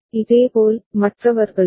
இதேபோல் மற்றவர்களுக்கும்